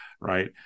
right